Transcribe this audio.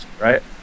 Right